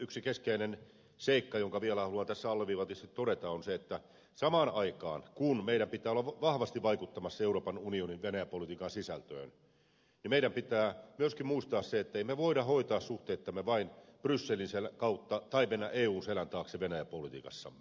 yksi keskeinen seikka jonka haluan tässä alleviivatusti todeta on se että samaan aikaan kun meidän pitää olla vahvasti vaikuttamassa euroopan unionin venäjä politiikan sisältöön meidän pitää myöskin muistaa se että emme me voi hoitaa suhteitamme vain brysselin kautta tai mennä eun selän taakse venäjä politiikassamme